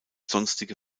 sonstige